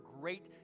great